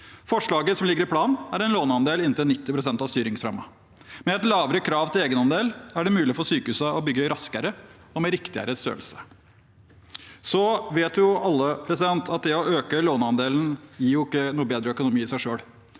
Forslaget som ligger i planen, er en låneandel på inntil 90 pst. av styringsrammen. Med et lavere krav til egenandel er det mulig for sykehusene å bygge raskere og med riktigere størrelse. Så vet alle at det å øke låneandelen ikke gir bedre økonomi i seg selv.